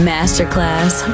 Masterclass